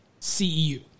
CEU